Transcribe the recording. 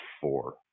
four